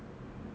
ya